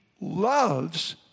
loves